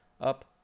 up